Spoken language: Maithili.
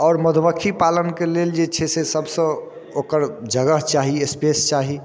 आओर मधुमक्खी पालनके लेल जे छै सभसँ ओकर जगह चाही स्पेस चाही